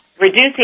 reducing